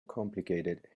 complicated